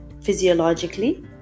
physiologically